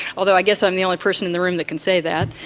although i guess i'm the only person in the room that can say that,